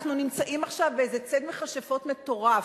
אנחנו נמצאים עכשיו באיזה ציד מכשפות מטורף,